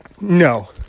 no